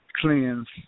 cleanse